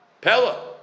Pella